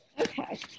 Okay